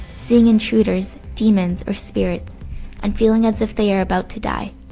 seeing intruders, demons, or spirits and feeling as if they are about to die.